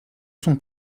son